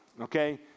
okay